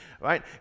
right